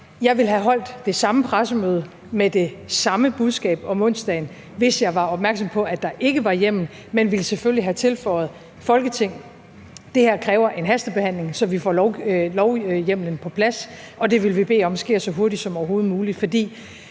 Jeg ville have holdt det samme pressemøde med det samme budskab om onsdagen, hvis jeg var opmærksom på, at der ikke var hjemmel, men ville selvfølgelig have tilføjet: Folketing, det her kræver en hastebehandling, så vi får lovhjemmelen på plads, og det vil vi bede om sker så hurtigt som overhovedet muligt.